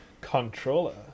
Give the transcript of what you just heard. controller